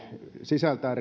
sisältää